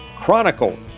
Chronicle